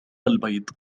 البيض